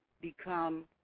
become